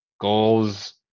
goals